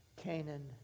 Canaan